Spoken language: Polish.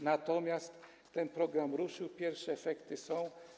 Natomiast ten program ruszył, pierwsze efekty są.